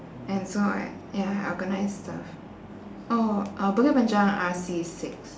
and so I ya I organised stuff oh uh bukit panjang R_C six